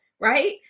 right